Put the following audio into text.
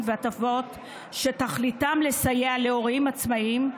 והטבות שתכליתם לסייע להורים עצמאיים,